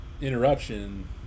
interruption